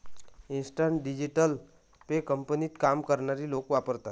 instant digital pay कंपनीत काम करणारे लोक वापरतात